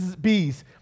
Bees